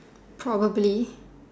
probably